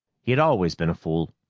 he had always been a fool,